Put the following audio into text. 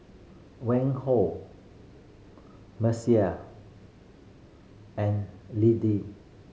Mercer and Liddie